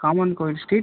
common Kovil street